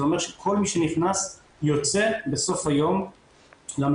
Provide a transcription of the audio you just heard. זה אומר שכל מי שנכנס יוצא בסוף היום למלונות,